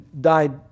died